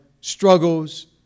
struggles